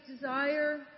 desire